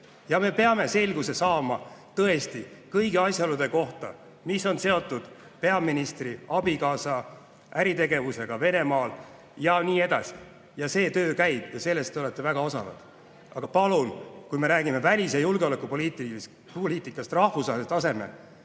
me peame tõesti saama selguse kõigi asjaolude kohta, mis on seotud peaministri abikaasa äritegevusega Venemaal ja nii edasi. See töö käib ja selles te olete väga osavad. Aga palun, kui me räägime välis- ja julgeolekupoliitikast rahvusvahelisel tasemel,